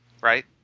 right